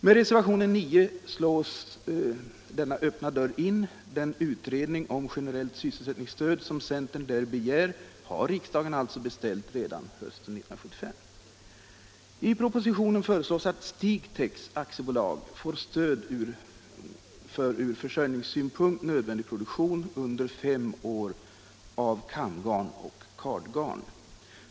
Med reservationen 9 slås denna öppna dörr in. Den utredning om generellt sysselsättningsstöd som centern begär har riksdagen redan beställt hösten 1975. I propositionen föreslås att Stigtex AB för ur försörjningssynpunkt nödvändig produktion av kamgarn och kardgarn får stöd under fem år.